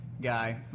guy